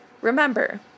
Remember